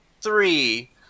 three